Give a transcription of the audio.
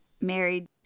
married